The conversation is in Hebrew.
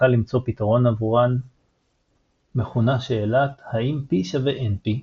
קל למצוא פתרון עבורן מכונה שאלת "האם P=NP",